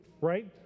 right